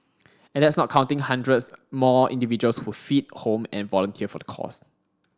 and that's not counting hundreds more individuals who feed home and volunteer for the cause